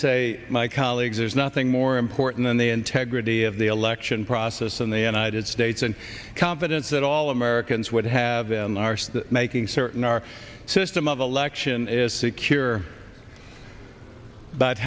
say my colleagues there's nothing more important in the integrity of the election process in the united states and confidence that all americans would have them are making certain our system of election is secure about